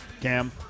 Cam